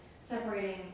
Separating